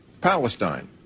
Palestine